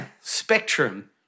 spectrum